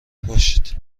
باشید